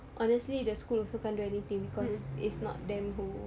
honestly the school also can't do anything because it's not them who